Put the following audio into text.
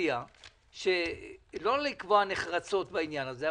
מציע לא לקבוע נחרצות בעניין הזה,